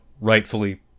rightfully